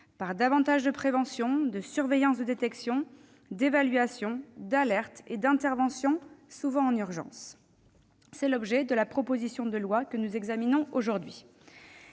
davantage de prévention, de surveillance, de détection, d'évaluation, d'alerte et d'intervention, souvent en urgence. Tel est l'objet de la proposition de loi examinée cet